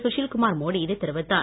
சுஷீல்குமார் மோடி இதை தெரிவித்தார்